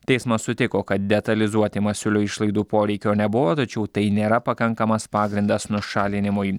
teismas sutiko kad detalizuoti masiulio išlaidų poreikio nebuvo tačiau tai nėra pakankamas pagrindas nušalinimui